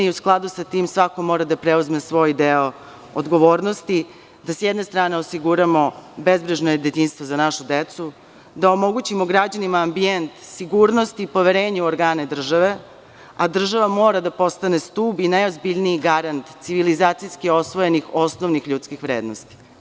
U skladu sa tim svako mora da preuzme svoj deo odgovornosti i da sa jedne strane osiguramo bezbrižno detinjstvo za našu decu, da omogućimo građanima ambijent sigurnosti, poverenja u organe države, a država mora da postane stub i najozbiljniji garant civilizacijskih osvojenih osnovnih ljudskih vrednosti.